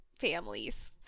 families